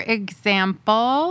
example